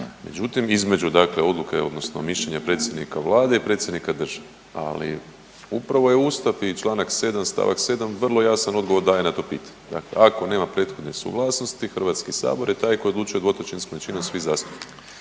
Međutim, između dakle odluke odnosno mišljenja predsjednika Vlade i predsjednika države, ali upravo je Ustav i Članak 7. stavak 7. vrlo jasan odgovor daje na to pitanje. Dakle, ako nema prethodne suglasnosti Hrvatski sabor taj koji odlučuje 2/3 većinom svih zastupnika.